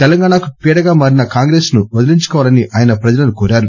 తెలగాణకు పీడగా మారిన కాంగ్రెస్ ను వదిలించుకోవాలని ఆయన ప్రజలను కోరారు